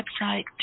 website